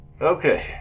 okay